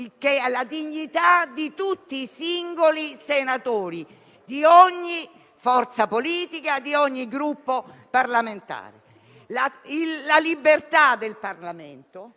la dignità di tutti i singoli senatori, di ogni forza politica, di ogni Gruppo parlamentare. La libertà del Parlamento,